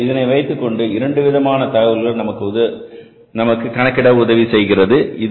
எனவே இதை வைத்துக்கொண்டு இரண்டு விதமான தகவல்கள் நமக்கு கணக்கிட உதவி செய்கிறது